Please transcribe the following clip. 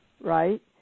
right